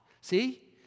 See